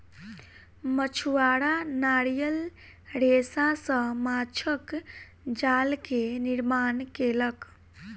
मछुआरा नारियल रेशा सॅ माँछक जाल के निर्माण केलक